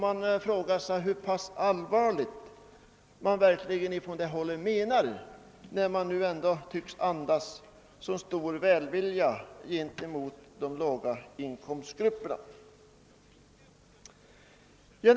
Man undrar hur pass allvarligt menad denna stora välvilja är gentemot låginkomstgrupperna, som statsminister Palme propagerade för i TV i går kväll.